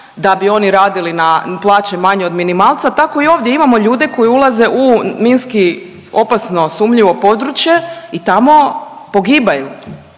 da bi oni radili na plaće manje od minimalca, tako i ovdje imamo ljude koji ulaze u minski opasno sumnjivo područje i tamo pogibaju